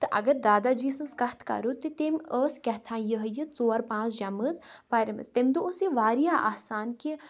تہٕ اگر دادا جی سٕنٛز کَتھ کَرو تہٕ تٔمۍ ٲس کیٛاتھانۍ یِہٕے یہِ ژور پانٛژھ جمٲژ پَرِ مَژٕ تمہِ دۄہ اوس یہِ واریاہ آسان کہِ